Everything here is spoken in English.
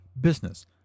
business